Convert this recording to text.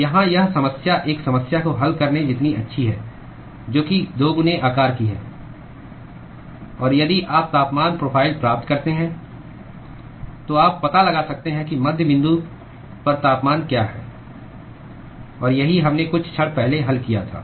तो यहाँ यह समस्या एक समस्या को हल करने जितनी अच्छी है जो कि दोगुने आकार की है और यदि आप तापमान प्रोफ़ाइल प्राप्त करते हैं तो आप पता लगा सकते हैं कि मध्य बिंदु पर तापमान क्या है और यही हमने कुछ क्षण पहले हल किया था